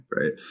right